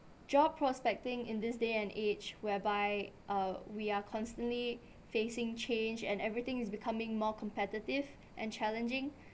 job prospecting in this day and age whereby uh we are constantly facing change and everything is becoming more competitive and challenging